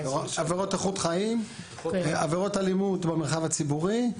עבירות איכות חיים, עבירות אלימות במרחב הציבורי.